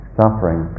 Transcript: suffering